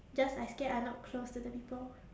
just I scared I not close to the people